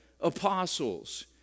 apostles